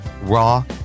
raw